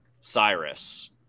Cyrus